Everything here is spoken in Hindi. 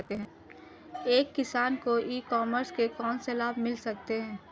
एक किसान को ई कॉमर्स के कौनसे लाभ मिल सकते हैं?